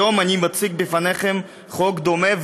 היום אני מציג בפניכם חוק דומה,